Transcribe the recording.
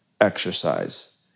exercise